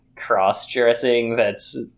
Cross-dressing—that's